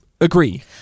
agree